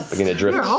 begin to drift